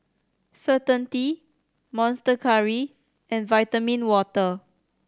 Certainty Monster Curry and Vitamin Water